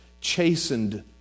chastened